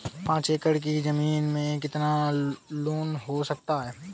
पाँच एकड़ की ज़मीन में कितना लोन हो सकता है?